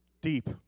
Deep